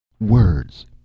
Words